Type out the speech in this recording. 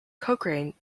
cochrane